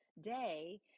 day